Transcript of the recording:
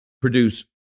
produce